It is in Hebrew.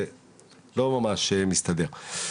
זה לא ממש מסתדר.